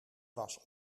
was